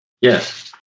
Yes